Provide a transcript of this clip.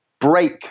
break